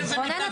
רונן,